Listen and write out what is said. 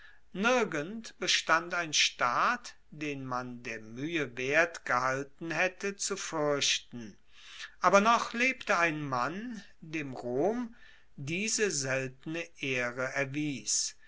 nirgend bestand ein staat den man der muehe wert gehalten haette zu fuerchten aber noch lebte ein mann dem rom diese seltene ehre erwies